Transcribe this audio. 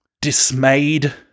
dismayed